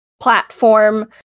platform